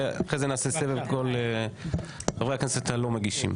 ואחרי זה נעשה סבב כל חברי הכנסת הלא-מגישים.